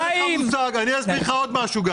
אני אסביר לך עוד משהו.